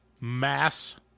mass